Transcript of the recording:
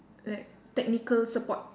like technical support